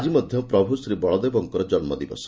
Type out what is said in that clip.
ଆଜି ମଧ ପ୍ରଭୁ ଶ୍ରୀ ବଳଦେବଙ୍କ ଜନ୍ମଦିବସ